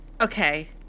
Okay